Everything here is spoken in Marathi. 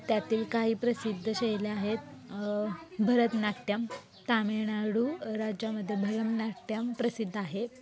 त्यातील काही प्रसिद्ध शैली आहेत भरतनाट्यम तामिळनाडू राज्यामध्ये भरतनाट्यम प्रसिद्ध आहे